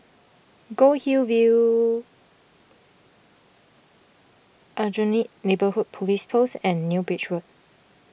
Goldhill View Aljunied Neighbourhood Police Post and New Bridge Road